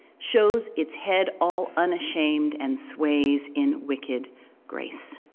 shows its head all unashamed and sways in wicked grace.